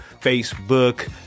Facebook